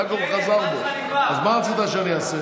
אחר כך הוא חזר בו, אז מה רצית שאני אעשה?